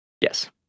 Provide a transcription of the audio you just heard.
Yes